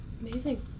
Amazing